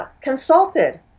Consulted